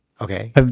okay